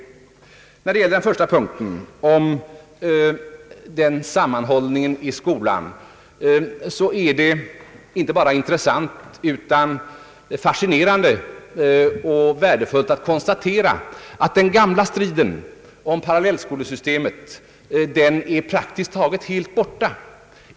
Beträffande den första punkten, om sammanhållningen i skolan, är det inte bara intressant utan fascinerande och värdefullt att kunna konstatera att den gamla striden om parallellskolesystemet är praktiskt taget helt borta.